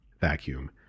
vacuum